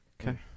Okay